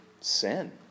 sin